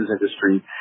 industry